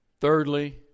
Thirdly